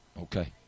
Okay